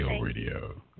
Radio